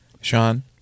Sean